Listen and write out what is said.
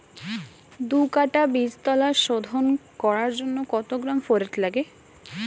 দু কাটা বীজতলা শোধন করার জন্য কত গ্রাম ফোরেট লাগে?